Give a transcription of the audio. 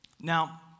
Now